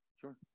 sure